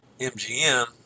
MGM